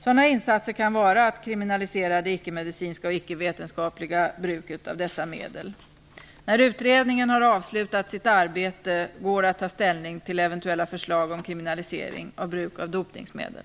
Sådana insatser kan vara att kriminalisera det icke-medicinska och ickevetenskapliga bruket av dessa medel. När utredningen har avslutat sitt arbete går det att ta ställning till eventuella förslag om kriminalisering av bruk av dopningsmedel.